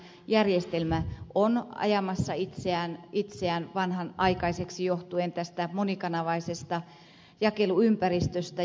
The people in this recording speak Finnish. järjestelmä on ajamassa itseään vanhanaikaiseksi johtuen tästä monikanavaisesta jakeluympäristöstä